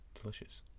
Delicious